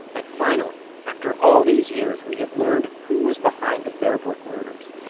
that finally, after all these years, we had learned who was behind the bear brook murders.